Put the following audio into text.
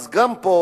גם פה,